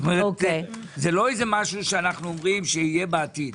זה לא משהו שאנו אומרים שיהיה בעתיד.